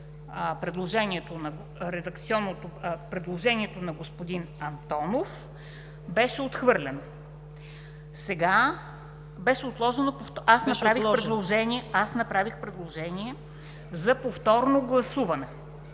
предложението на господин Антонов, беше отхвърлено.“ Аз направих предложение за повторно гласуване.